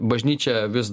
bažnyčią vis